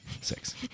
six